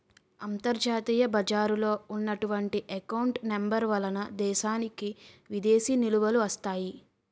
అంతర్జాతీయ బజారులో ఉన్నటువంటి ఎకౌంట్ నెంబర్ వలన దేశానికి విదేశీ నిలువలు వస్తాయి